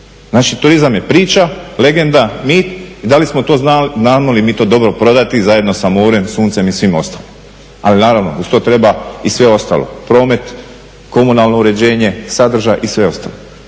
Znači turizam je priča, legenda, mit i da li znamo mi to dobro prodati zajedno sa morem, suncem i svim ostalim. Ali naravno uz to treba i sve ostalo promet, komunalno uređenje, sadržaj i sve ostalo.